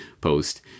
post